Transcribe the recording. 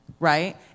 Right